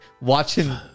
watching